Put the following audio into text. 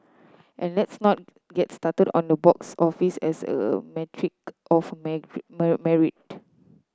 and let's not get started on the box office as a metric of merit